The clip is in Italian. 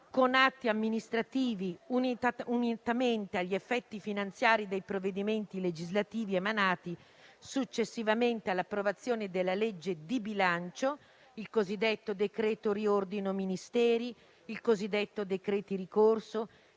con atti amministrativi, unitamente agli effetti finanziari dei provvedimenti legislativi emanati successivamente all'approvazione della legge di bilancio, come il cosiddetto decreto riordino Ministeri, definiscono le previsioni